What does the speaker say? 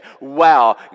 wow